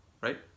right